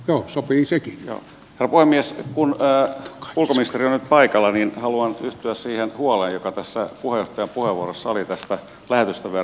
ja sopii sekin jo avoimesti kun ulkoministeri on nyt paikalla haluan yhtyä siihen huoleen joka tässä puheenjohtajan puheenvuorossa oli tästä lähetystöverkon leikkaamisesta